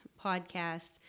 podcast